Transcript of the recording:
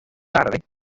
tarde